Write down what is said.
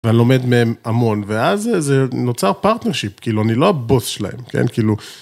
ואני לומד מהם המון, ואז זה נוצר פרטנרשיפ, כאילו, אני לא הבוס שלהם, כן? כאילו...